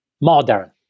modern